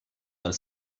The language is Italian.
dal